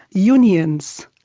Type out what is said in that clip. unions.